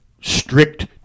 strict